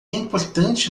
importante